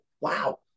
wow